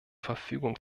verfügung